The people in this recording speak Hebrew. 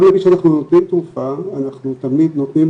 גם למי שאנחנו נותנים תרופה אנחנו תמיד נותנים